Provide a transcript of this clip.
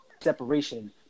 separation